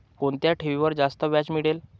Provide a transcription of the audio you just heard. कोणत्या ठेवीवर जास्त व्याज मिळेल?